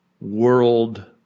world